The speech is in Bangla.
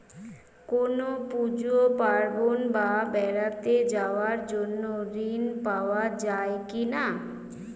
কোনো পুজো পার্বণ বা বেড়াতে যাওয়ার জন্য ঋণ পাওয়া যায় কিনা?